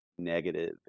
negative